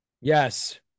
Yes